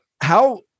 How-